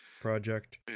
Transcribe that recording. project